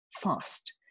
fast